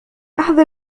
أحضر